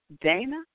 Dana